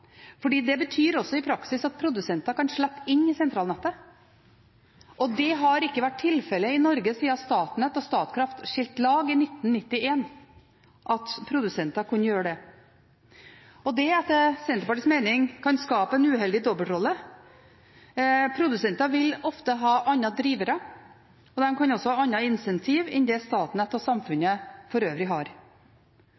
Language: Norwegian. det betyr også i praksis at produsenter kan slippe inn i sentralnettet. Det har ikke vært tilfellet i Norge siden Statnett og Statkraft skilte lag, i 1991, at produsenter kunne gjøre det. Det kan etter Senterpartiets mening skape en uheldig dobbeltrolle. Produsenter vil ofte ha andre drivere, og de kan også ha andre incentiver enn det Statnett og